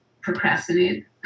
procrastinate